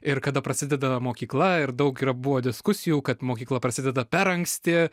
ir kada prasideda mokykla ir daug yra buvo diskusijų kad mokykla prasideda per anksti